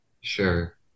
Sure